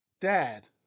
Dad